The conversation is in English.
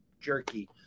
jerky